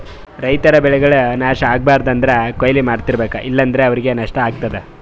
ರೈತರ್ ಬೆಳೆಗಳ್ ನಾಶ್ ಆಗ್ಬಾರ್ದು ಅಂದ್ರ ಕೊಯ್ಲಿ ಮಾಡ್ತಿರ್ಬೇಕು ಇಲ್ಲಂದ್ರ ಅವ್ರಿಗ್ ನಷ್ಟ ಆಗ್ತದಾ